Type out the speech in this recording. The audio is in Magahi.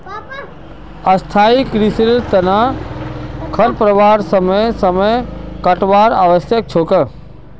स्थाई कृषिर तना खरपतवारक समय समय पर काटवार आवश्यक छोक